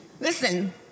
Listen